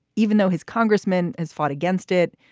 even though his congressman has fought against it,